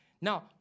Now